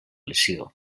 lesió